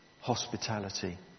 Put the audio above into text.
hospitality